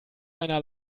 einer